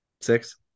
Six